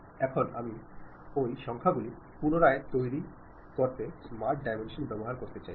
এখন আমি এই সংখ্যাগুলি পুনরায় তৈরি করতে স্মার্ট ডাইমেনশন ব্যবহার করতে চাই